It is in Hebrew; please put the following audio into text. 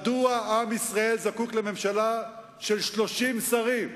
מדוע עם ישראל זקוק לממשלה של 30 שרים,